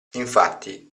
infatti